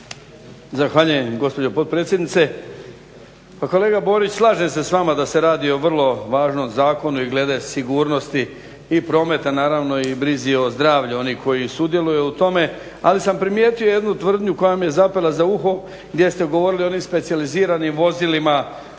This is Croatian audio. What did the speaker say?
Zahvaljujem gospođo potpredsjednice. Pa kolega Borić, slažem se s vama da se radi o vrlo važnom zakonu i glede sigurnosti i prometa naravno i brzi o zdravlju onih koji sudjeluju u tome, ali sam primijetio jednu tvrdnju koja mi je zapela za uho gdje ste govorili o onim specijaliziranim vozilima